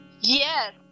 Yes